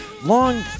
long